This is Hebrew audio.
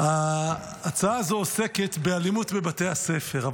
ההצעה הזו עוסקת באלימות בבתי הספר,